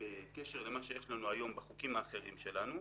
בקשר למה שיש לנו היום בחוקים האחרים שלנו,